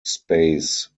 space